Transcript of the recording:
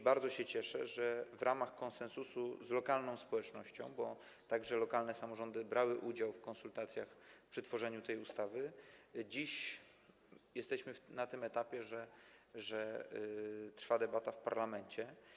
Bardzo się cieszę, że w ramach konsensusu z lokalną społecznością - bo także lokalne samorządy brały udział w konsultacjach przy tworzeniu tej ustawy - dziś jesteśmy na tym etapie, że trwa debata w parlamencie.